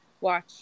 watch